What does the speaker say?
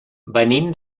venim